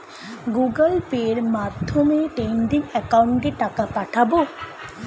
Google পের মাধ্যমে trading একাউন্টে টাকা পাঠাবো?